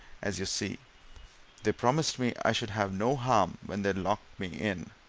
as you see they promised me i should have no harm when they locked me in.